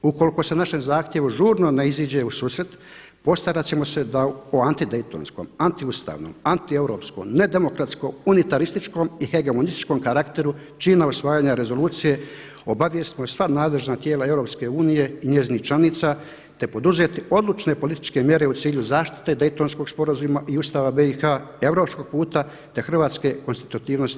Ukoliko se našem zahtjevu žurno ne iziđe u susret postarat ćemo se da o antidaytonskom, antiustavnom, antieuropskom, nedemokratsko-unitarističkom i hegemonističkom karakteru čina usvajanja Rezolucije obavijestimo sva nadležna tijela EU i njezinih članica, te poduzeti odlučne političke mjere u cilju zaštite Deytonskog sporazuma i Ustava BiH, europskog puta te hrvatske konstitutivnosti